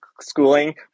schooling